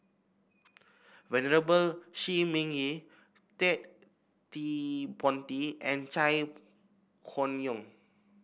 Venerable Shi Ming Yi Ted De Ponti and Chai Hon Yoong